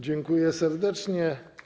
Dziękuję serdecznie.